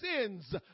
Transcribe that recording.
sins